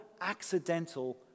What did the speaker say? accidental